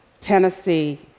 Tennessee